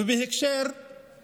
ובהקשר של